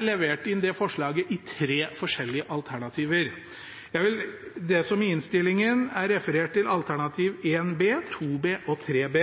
levert inn forslaget i tre forskjellige alternativer. Det er det som i innstillingen er referert til alternativene 1 B, 2 B og 3 B.